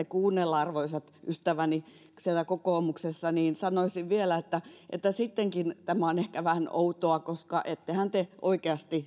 kuunnella arvoisat ystäväni siellä kokoomuksessa sanoa vielä että että sittenkin tämä on ehkä vähän outoa koska ettehän te oikeasti